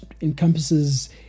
encompasses